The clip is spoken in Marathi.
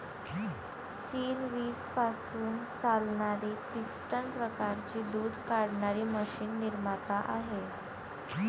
चीन वीज पासून चालणारी पिस्टन प्रकारची दूध काढणारी मशीन निर्माता आहे